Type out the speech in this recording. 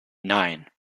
nine